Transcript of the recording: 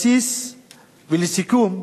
ולסיכום,